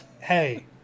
hey